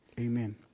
Amen